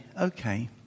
Okay